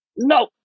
No